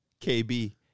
KB